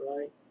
right